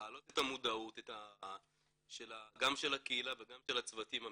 להעלות את המודעות גם של הקהילה וגם של הצוותים המקצועיים,